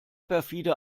perfide